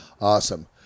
awesome